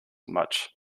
much